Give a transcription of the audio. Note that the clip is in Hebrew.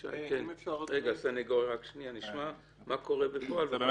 נשמע מה קורה בפועל, ישי.